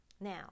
Now